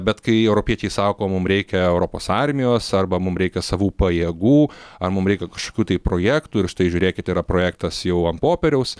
bet kai europiečiai sako mum reikia europos armijos arba mum reikia savų pajėgų ar mum reikia kažkokių tai projektų ir štai žiūrėkit yra projektas jau ant popieriaus